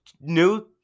new